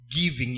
Giving